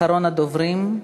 אחרון הדוברים.